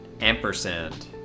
ampersand